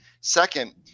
second